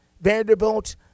Vanderbilt